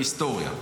היסטוריה,